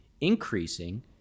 increasing